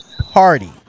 party